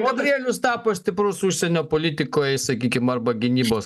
gabrielius tapo stiprus užsienio politikoj sakykim arba gynybos